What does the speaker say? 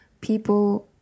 People